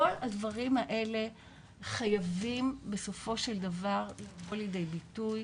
כל הדברים האלה חייבים בסופו של דבר לבוא לידי ביטוי,